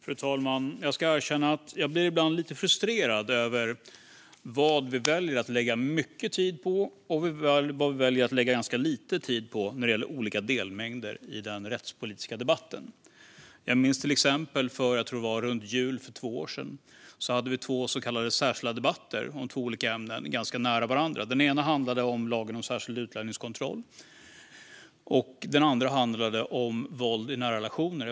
Fru talman! Jag ska erkänna att jag ibland blir lite frustrerad över vad vi väljer att lägga mycket tid på och vad vi väljer att lägga ganska lite tid på när det gäller olika delmängder i den rättspolitiska debatten. Jag minns till exempel två så kallade särskilda debatter som vi hade om två olika ämnen ganska nära varandra i tiden. Jag tror att det var runt jul för två år sedan. Den ena handlade om lagen om särskild utlänningskontroll. Den andra handlade om våld i nära relationer.